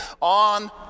on